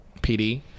PD